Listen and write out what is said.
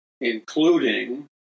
including